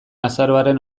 azaroaren